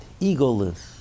egoless